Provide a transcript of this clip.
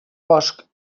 bosc